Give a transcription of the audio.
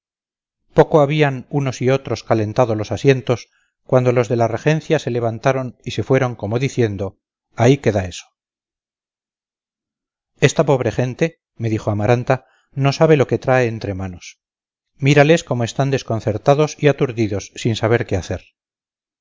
poco habían unos y otros calentado los asientos cuando los de la regencia se levantaron y se fueron como diciendo ahí queda eso esta pobre gente me dijo amaranta no sabe lo que trae entre manos mírales cómo están desconcertados y aturdidos sin saber qué hacer